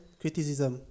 criticism